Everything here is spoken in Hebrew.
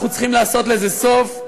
אנחנו צריכים לעשות לזה סוף.